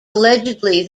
allegedly